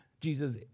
Jesus